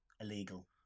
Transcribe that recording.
Illegal